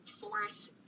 force